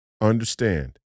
Understand